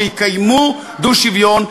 שיקיימו דו-שוויון,